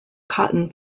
cotton